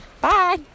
Bye